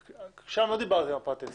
שם לא דיברנו על מפת עסק.